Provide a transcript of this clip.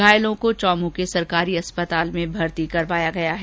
घायलों को चौमू के सरकारी अस्पताल में भर्ती करवाया गया है